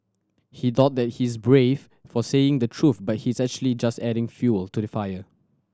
he thought that he's brave for saying the truth but he's actually just adding fuel to the fire